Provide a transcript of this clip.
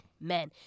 men